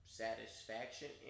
satisfaction